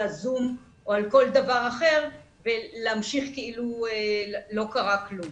ה-זום או על כל דבר אחר ולהמשיך כאילו לא קרה כלום?